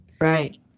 right